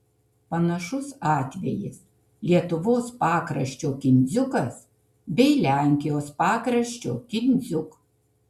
panašus atvejis lietuvos pakraščio kindziukas bei lenkijos pakraščio kindziuk